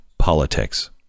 Politics